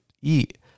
eat